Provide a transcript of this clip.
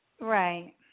Right